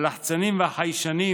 הלחצנים והחיישנים,